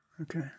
Okay